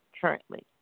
currently